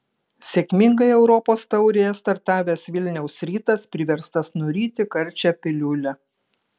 sėkmingai europos taurėje startavęs vilniaus rytas priverstas nuryti karčią piliulę